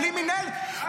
בלי מינהלת,